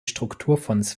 strukturfonds